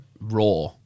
raw